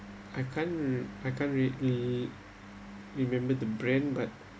I can't I can't real~ re~ remember the brand but